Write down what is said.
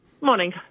Morning